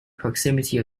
proximity